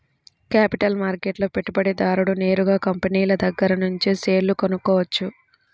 capital మార్కెట్లో పెట్టుబడిదారుడు నేరుగా కంపినీల దగ్గరనుంచే షేర్లు కొనుక్కోవచ్చు